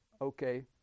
okay